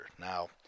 Now